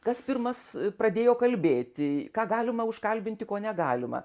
kas pirmas pradėjo kalbėti ką galima užkalbinti ko negalima